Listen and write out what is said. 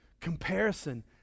Comparison